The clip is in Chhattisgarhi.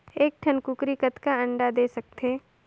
एक ठन कूकरी कतका अंडा दे सकथे?